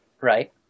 right